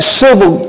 civil